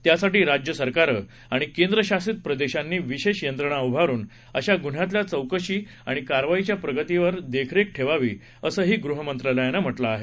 त्यासाठी राज्य सरकारं आणि केंद्रशासित प्रदेशांनी विशेष यंत्रणा उभारून अशा गुन्ह्यांतल्या चौकशी आणि कारवाईच्या प्रगतीवर देखरेख ठेवावी असंही गृहमंत्रालयानं म्हटलं आहे